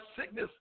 sickness